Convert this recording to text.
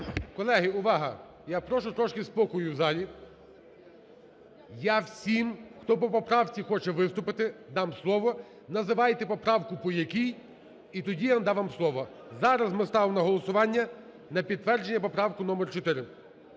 Колеги, увага! Я прошу трошки спокою в залі. Я всім, хто по поправці хоче виступити, дам слово. Називайте поправку, по якій. І тоді я вам дам слово. Зараз ми ставимо на голосування на підтвердження поправку № 4.